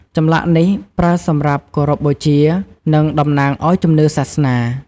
ចម្លាក់នេះប្រើសម្រាប់គោរពបូជា និងតំណាងឲ្យជំនឿសាសនា។